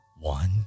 One